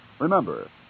Remember